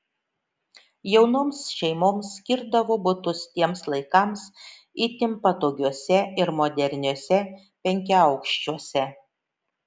jaunoms šeimoms skirdavo butus tiems laikams itin patogiuose ir moderniuose penkiaaukščiuose